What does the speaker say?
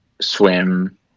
swim